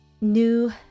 new